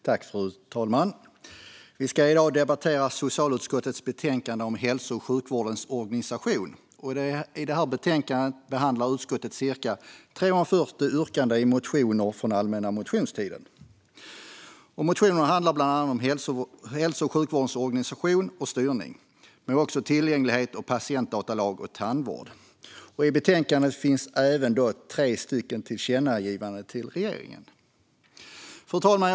Fru talman! Vi ska i dag debattera socialutskottets betänkande om hälso och sjukvårdens organisation. I detta betänkande behandlar utskottet cirka 340 yrkanden i motioner från allmänna motionstiden. Motionerna handlar bland annat om hälso och sjukvårdens organisation och styrning men också om tillgänglighet, patientdatalagen och tandvård. I betänkandet finns även tre tillkännagivanden till regeringen. Fru talman!